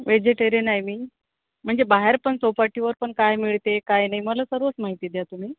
vegetarian आहे मी म्हणजे बाहेर पण चौपाटीवर पण काय मिळते काय नाही मला सर्वच माहिती द्या तुम्ही